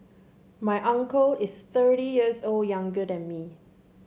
my uncle is thirty years old younger than me